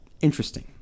interesting